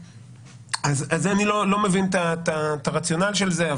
אז אני לא מבין את הרציונל של זה,